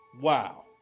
Wow